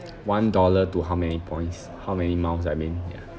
one dollar to how many points how many miles I mean ya